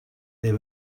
there